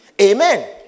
Amen